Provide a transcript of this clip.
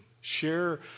Share